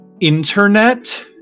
Internet